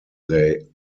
they